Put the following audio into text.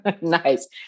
nice